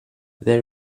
they